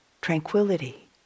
tranquility